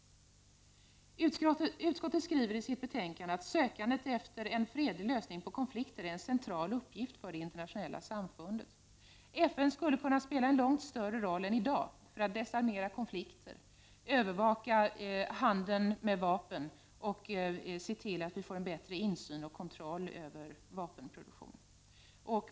Utskottet skriver i betänkandet att ”sökandet efter en fredlig lösning på konflikter är en central uppgift för det internationella samfundet”. FN skulle kunna spela en långt större roll än i dag för att desarmera konflikter, övervaka handeln med vapen och se till att vi får en bättre insyn i och kontroll över vapenproduktionen.